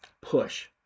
push